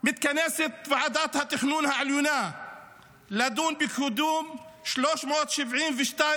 מתכנסת ועדת התכנון העליונה לדון בקידום 372